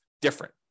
different